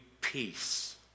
peace